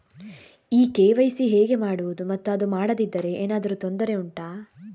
ಈ ಕೆ.ವೈ.ಸಿ ಹೇಗೆ ಮಾಡುವುದು ಮತ್ತು ಅದು ಮಾಡದಿದ್ದರೆ ಏನಾದರೂ ತೊಂದರೆ ಉಂಟಾ